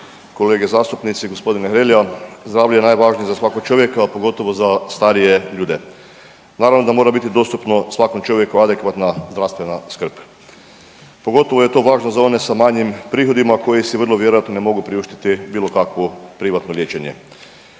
kolege zastupnici. G. Hrelja, zdravlje je najvažnije za svakog čovjeka, pogotovo za starije ljude. Naravno da mora biti dostupno svakom čovjeku adekvatna zdravstvena skrb. Pogotovo je to važno za one sa manjim prihodima koji si vrlo vjerojatno ne mogu priuštiti bilo kakvo privatno liječenje.